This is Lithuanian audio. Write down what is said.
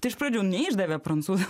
tai iš pradžių neišdavė prancūzų